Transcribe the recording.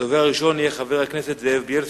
הדובר הראשון יהיה חבר הכנסת זאב בילסקי.